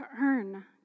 earn